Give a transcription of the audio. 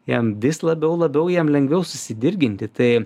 jam vis labiau labiau jam lengviau susidirginti tai